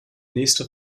nächste